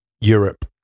Europe